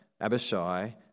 Abishai